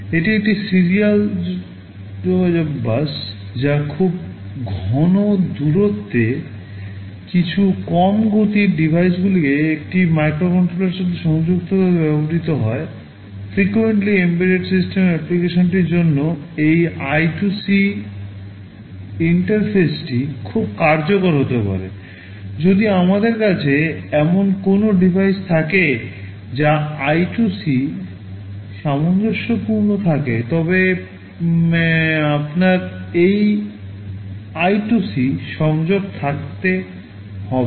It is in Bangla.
এটি একটি সিরিয়াল যোগাযোগ বাস যা খুব ঘন দূরত্বে কিছু কম গতির ডিভাইসগুলিকে একটি মাইক্রোকন্ট্রোলারের সাথে সংযুক্ত করতে ব্যবহৃত হয় frequently এম্বেডেড সিস্টেম অ্যাপ্লিকেশনটির জন্য এই I2C ইন্টারফেসটি খুব কার্যকর হতে পারে যদি আমাদের কাছে এমন কোনও ডিভাইস থাকে যা I2C সামঞ্জস্যপূর্ণ থাকে তবে আপনার এই I2C সংযোগ থাকতে হবে